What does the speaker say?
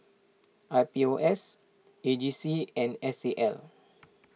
I P O S A G C and S A L